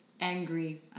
angry